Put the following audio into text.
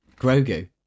Grogu